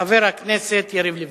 חבר הכנסת יריב לוין.